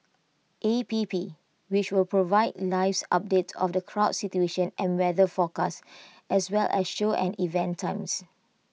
A P P which will provide lives updates of the crowd situation and weather forecast as well as show and event times